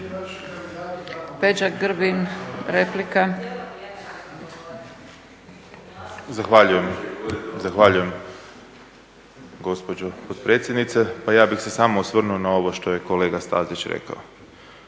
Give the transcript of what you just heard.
Peđa (SDP)** Zahvaljujem, zahvaljujem gospođo potpredsjednice. Pa ja bih se samo osvrnuo na ovo što je kolega Stazić rekao.